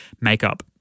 makeup